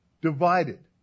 divided